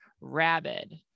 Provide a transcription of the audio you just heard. rabid